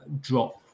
drop